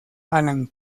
alan